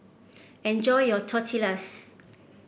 enjoy your Tortillas